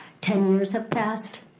ten years have passed,